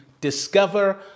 discover